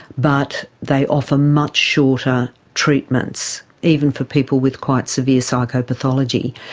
but they offer much shorter treatments, even for people with quite severe psychopathology.